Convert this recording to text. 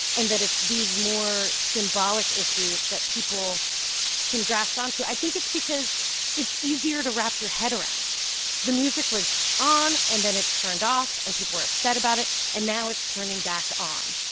and that it's these more symbolic issues that people can grasp onto i think it's because it's easier to wrap your head around the music was on and then it turned off, and people were upset about it. and now it's turning back on.